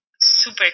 super